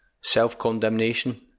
self-condemnation